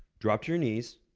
drop to your knees,